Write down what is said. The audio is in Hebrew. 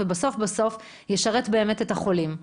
ובסוף-בסוף ישרת גם את החולים.